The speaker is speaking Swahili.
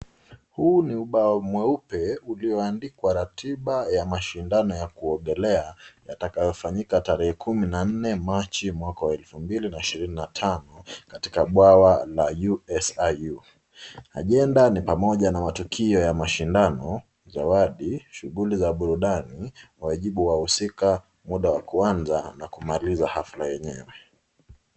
Huu ni ubao mweupe ulioandikwa ratiba ya kuogelea yatakayo fanyika tarehe kumi na nne machi, mwaka wa elfu mbili na shirini na tano, katika bwawa la usiu, ajenda ni katika tukio la mashindano, zawadi, shughuli za burudani, wajibu wa wahusika, muda wa kwanza na kumaliza ghalfa yenyewe.